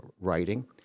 writing